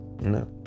No